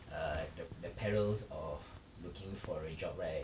err th~ the perils of looking for a job right